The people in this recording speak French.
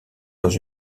dans